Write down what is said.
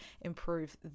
improve